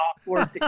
awkward